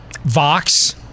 Vox